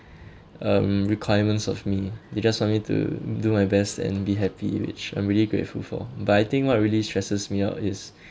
um requirements of me they just want me to do my best and be happy which I'm really grateful for but I think what really stresses me out is